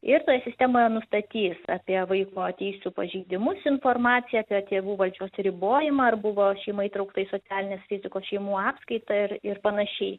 ir toje sistemoje nustatys apie vaiko teisių pažeidimus informaciją apie tėvų valdžios ribojimą ar buvo šeima įtraukta į socialinės rizikos šeimų apskaitą ir ir panašiai